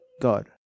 God